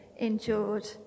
endured